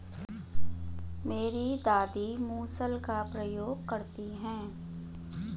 मेरी दादी मूसल का प्रयोग करती हैं